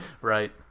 right